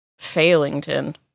failington